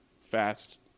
fast